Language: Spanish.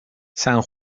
san